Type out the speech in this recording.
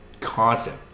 constant